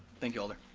thank you alder.